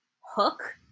Hook